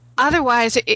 Otherwise